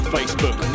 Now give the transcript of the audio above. Facebook